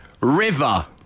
River